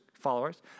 followers